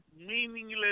meaningless